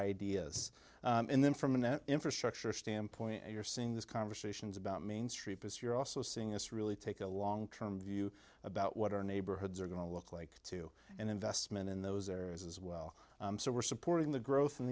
ideas and then from an infrastructure standpoint you're seeing this conversations about main street as you're also seeing us really take a long term view about what our neighborhoods are going to look like to an investment in those areas as well so we're supporting the growth in